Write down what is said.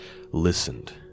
listened